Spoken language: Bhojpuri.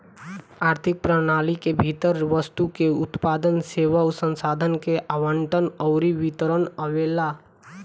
आर्थिक प्रणाली के भीतर वस्तु के उत्पादन, सेवा, संसाधन के आवंटन अउरी वितरण आवेला